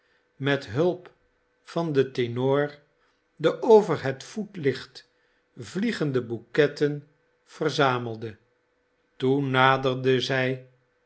met hulp van den tenor de over het voetlicht vliegende bouquetten verzamelde toen naderde zij